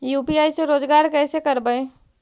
UPI से रोजगार कैसे करबय?